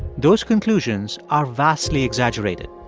those conclusions are vastly exaggerated.